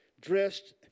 dressed